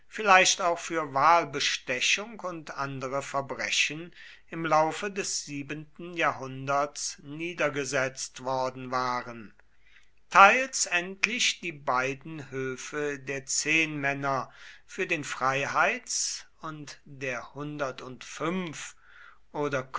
vielleicht auch für wahlbestechung und andere verbrechen im laufe des siebenten jahrhunderts niedergesetzt worden waren teils endlich die beiden höfe der zehnmänner für den freiheits und der